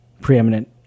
preeminent